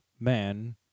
man